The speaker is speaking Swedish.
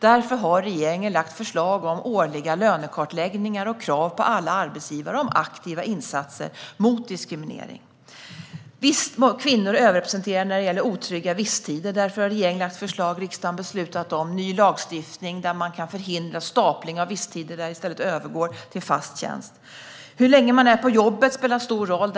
Därför har regeringen lagt fram förslag om årliga lönekartläggningar och krav på alla arbetsgivare om aktiva insatser mot diskriminering. Kvinnor är överrepresenterade när det gäller otrygga visstidsanställningar. Därför har regeringen lagt fram förslag - och riksdagen har beslutat - om ny lagstiftning där man kan förhindra stapling av visstidsanställningar. De övergår i stället till fast tjänst. Hur länge man är på jobbet spelar stor roll.